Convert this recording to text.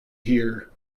here